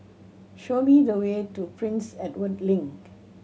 show me the way to Prince Edward Link